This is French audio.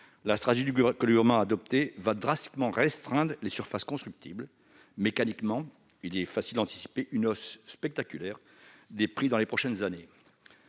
la stratégie que le Gouvernement a adoptée restreindra drastiquement les surfaces constructibles. Mécaniquement, il est facile d'anticiper une hausse spectaculaire des prix dans les prochaines années.